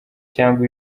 cyangwa